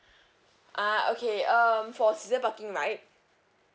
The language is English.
ah okay um for season parking right